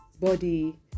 body